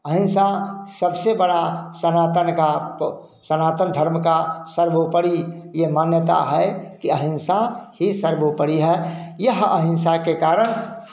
अहिंसा सबसे बड़ा सनातन का तो सनातन धर्म का सर्वोपरी यह मान्यता है कि अहिंसा ही सर्वोपरी है यह अहिंसा के कारण